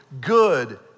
good